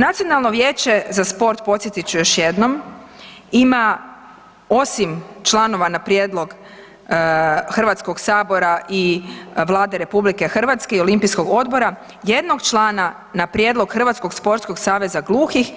Nacionalno vijeće za sport podsjetit ću još jednom, ima osim članova na prijedlog Hrvatskog sabora i Vlade RH i Olimpijskog odbora, jednog člana na prijedlog Hrvatskog sportskog saveza gluhih